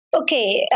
Okay